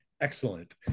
excellent